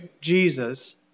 Jesus